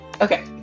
Okay